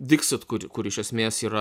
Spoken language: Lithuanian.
dixit kur kur iš esmės yra